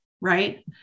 right